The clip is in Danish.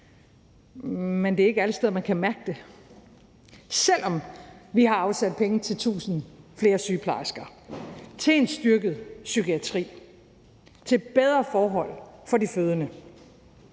Men det er ikke alle steder, man kan mærke det, selv om vi har afsat penge til 1.000 flere sygeplejersker, til en styrket psykiatri og til bedre forhold for de fødende.